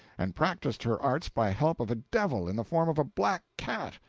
and practiced her arts by help of a devil in the form of a black cat.